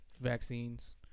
Vaccines